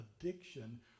addiction